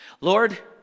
Lord